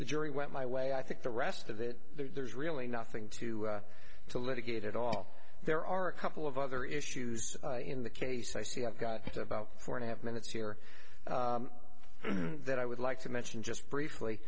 the jury went my way i think the rest of it there's really nothing to to litigate at all there are a couple of other issues in the case i see i've got about four and a half minutes here or that i would like to mention just briefly